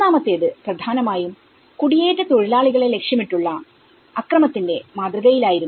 മൂന്നാമത്തേത് പ്രധാനമായും കുടിയേറ്റ തൊഴിലാളികളെ ലക്ഷ്യമിട്ടുള്ള അക്രമത്തിന്റെ മാതൃകയിലായിരുന്നു